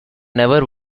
never